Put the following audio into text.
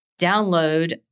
download